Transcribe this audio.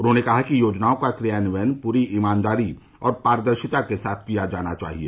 उन्होंने कहा कि योजनाओं का क्रियान्वयन पूरी ईमानदारी और पारदर्शिता के साथ किया जाना चाहिए